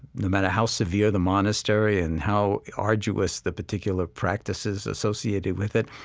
no matter how severe the monastery and how arduous the particular practices associated with it,